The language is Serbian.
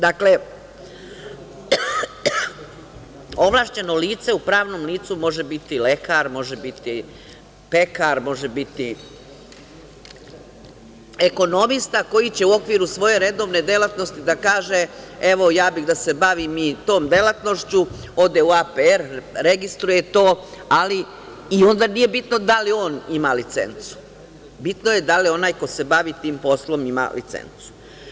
Dakle, ovlašćeno lice u pravnom licu, može biti lekar, može biti pekar, može biti ekonomista, koji će u okviru svoje redovne delatnosti da kaže, evo ja bih da se bavim i tom delatnošću, ode u APR, registruje to, ali i onda nije bitno da li on ima licencu, bitno je da li onaj koji se bavi tim poslom ima licencu.